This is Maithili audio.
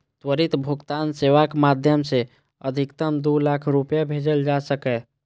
त्वरित भुगतान सेवाक माध्यम सं अधिकतम दू लाख रुपैया भेजल जा सकैए